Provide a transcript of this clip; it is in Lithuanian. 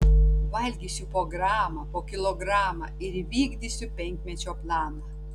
valgysiu po gramą po kilogramą ir įvykdysiu penkmečio planą